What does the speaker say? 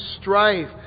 strife